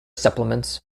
supplements